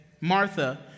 Martha